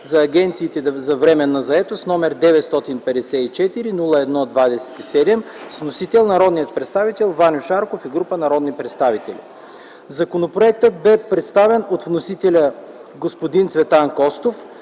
за агенциите за временна заетост, № 954-01-27, с вносител – народният представител Ваньо Шарков и група народни представители. Законопроектът бе представен от вносителя господин Цветан Костов.